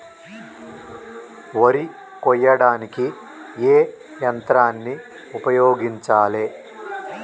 వరి కొయ్యడానికి ఏ యంత్రాన్ని ఉపయోగించాలే?